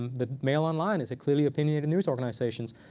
the mail online is a clearly opinionated news organizations.